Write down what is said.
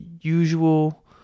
usual